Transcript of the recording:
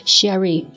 Sherry